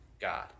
God